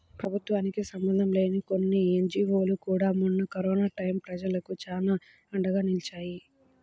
ప్రభుత్వానికి సంబంధం లేని కొన్ని ఎన్జీవోలు కూడా మొన్న కరోనా టైయ్యం ప్రజలకు చానా అండగా నిలిచాయి